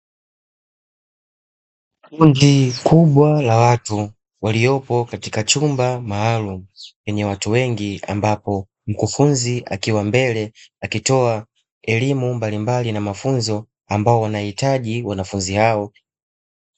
Kundi kubwa la watu waliopo katika chumba maalumu chenye watu wengi ambapo mkufunzi akiwa mbele akitoa elimu mbalimbali na mafunzo ambao wanahitaji wanafunzi hao.